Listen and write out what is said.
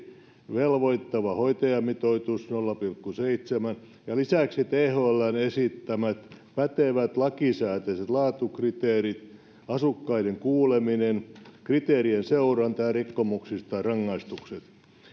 velvoittava hoitajamitoitus nolla pilkku seitsemän ja lisäksi thln esittämät pätevät lakisääteiset laatukriteerit asukkaiden kuuleminen kriteerien seuranta ja rikkomuksista rangaistukset